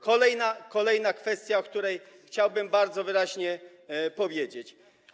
Kolejna kwestia, o której chciałbym bardzo wyraźnie powiedzieć.